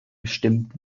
gestimmt